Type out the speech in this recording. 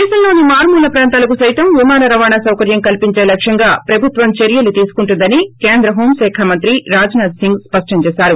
దేశంలోని మారుమూల ప్రాంతాలకు సైతం విమాన రవాణా సౌకర్యం కల్పించే లక్ష్యంగా ప్రభుత్వం చర్యలు తీసుకుంటుందని కేంద్ర హోం శాఖ మంత్రి రాజ్నాథ్ సింగ్ స్పష్టం చేశారు